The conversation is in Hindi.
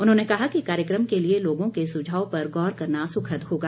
उन्होंने कहा कि कार्यक्रम के लिए लोगों के सुझाव पर गौर करना सुखद होगा